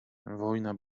wojna